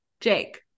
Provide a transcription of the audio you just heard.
jake